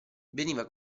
veniva